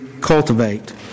cultivate